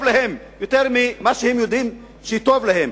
אנחנו היהודים יודעים מה טוב להם יותר ממה שהם יודעים שטוב להם.